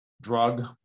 drug